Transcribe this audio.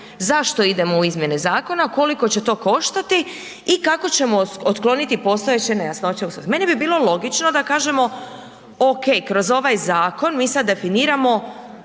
zašto idemo u izmjene zakona, koliko će to koštati i kako ćemo otkloniti postojeće nejasnoće u svemu. Meni bi bilo logično da kažemo ok, kroz ovaj zakon mi sad definiramo